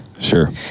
Sure